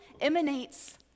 emanates